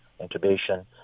intubation